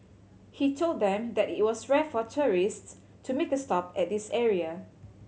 he told them that it was rare for tourists to make a stop at this area